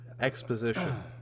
exposition